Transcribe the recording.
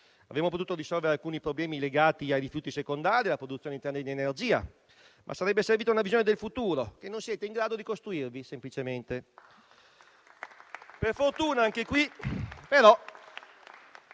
Avremmo potuto risolvere alcuni problemi legati ai rifiuti secondari o alla produzione interna di energia, ma sarebbe servita una visione del futuro, che semplicemente non siete in grado di costruirvi. Per fortuna anche qui, però